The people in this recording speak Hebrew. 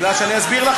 אני מאוד רוצה.